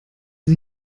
sie